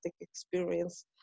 experience